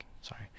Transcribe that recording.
Sorry